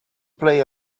play